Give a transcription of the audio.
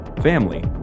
family